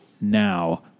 now